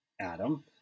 Adam